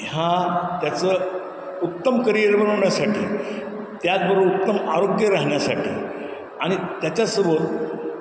ह्या त्याचं उत्तम करियर बनवण्यासाठी त्याचबरोबर उत्तम आरोग्य राहण्यासाठी आणि त्याच्यासोबत